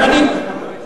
אבל אני אקצר.